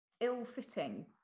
ill-fitting